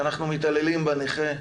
שאנחנו מתעללים בנכה,